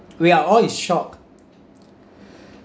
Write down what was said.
we are all in shock